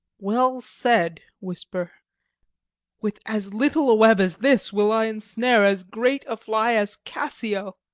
well said, whisper with as little a web as this will i ensnare as great a fly as cassio.